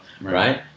right